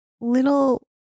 little